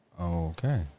Okay